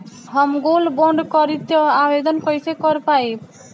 हम gold bond करतिं आवेदन कइसे कर पाइब?